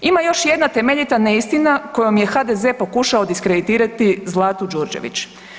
Ima još jedna temeljita neistina kojom je HDZ pokušao diskreditirati Zlatu Đurđević.